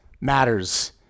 matters